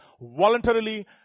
voluntarily